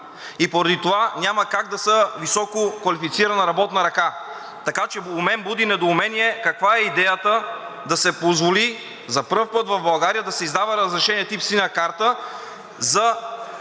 и поради това няма как да са висококвалифицирана работна ръка. Така че у мен буди недоумение каква е идеята да се позволи, за пръв път в България, да се издава разрешение тип „Синя карта“ за